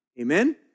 Amen